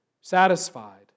satisfied